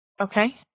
Okay